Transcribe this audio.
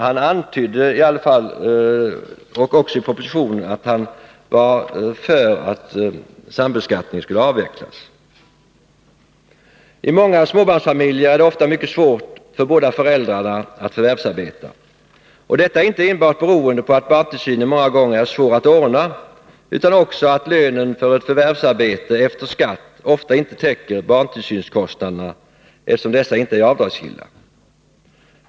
Han antydde i alla fall här — och det har han gjort också i propositionen — att han är för att sambeskattningen skall avvecklas. I många småbarnsfamiljer är det ofta mycket svårt för båda föräldrarna att förvärvsarbeta. Detta beror inte enbart på att barntillsynen många gånger är svår att ordna utan också på att lönen för ett förvärvsarbete efter skatt ofta inte täcker barntillsynskostnaderna, eftersom dessa inte är avdragsgilla.